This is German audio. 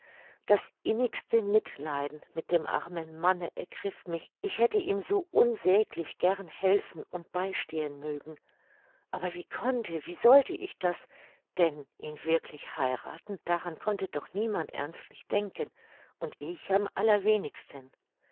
das innigste mitleiden mit dem armen manne ergriff mich ich hätte ihm so unsäglich gern helfen und beistehen mögen aber wie konnte wie sollte ich das denn ihn wirklich heirathen daran konnte doch niemand ernstlich denken und ich am allerwenigsten